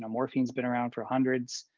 um morphine has been around for hundreds,